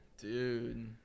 Dude